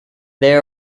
they